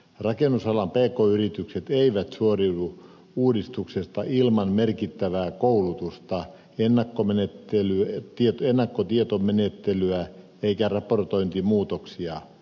rakennusalan pk yritykset eivät suoriudu uudistuksesta ilman merkittävää koulutusta ennakkotietomenettelyä ja raportointimuutoksia